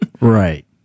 Right